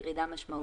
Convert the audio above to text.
ירידה משמעותית.